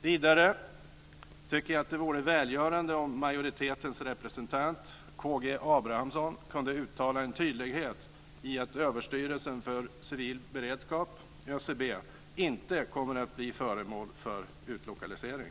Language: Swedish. Vidare tycker vi att det vore välgörande om majoritetens representant K G Abramsson kunde uttala en tydlighet i att Överstyrelsen för civil beredskap, ÖCB, inte kommer att bli föremål för utlokalisering.